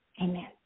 Amen